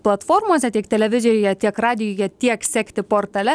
platformose tiek televizijoje tiek radijuje tiek sekti portale